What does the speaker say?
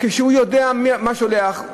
כשהוא יודע מי שולח,